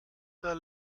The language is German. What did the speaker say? der